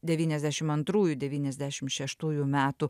devyniasdešim antrųjų devyniasdešim šeštųjų metų